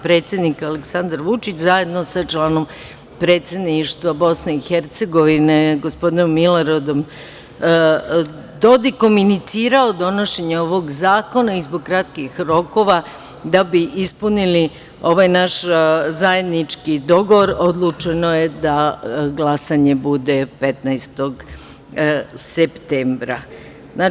Predsednik Aleksandar Vučić, zajedno sa članom predsedništva BiH gospodinom Miloradom Dodikom inicirao donošenje ovog zakona i zbog kratkih rokova, da bi ispunili ovaj naš zajednički dogovor, odlučeno je da glasanje bude 15. septembra.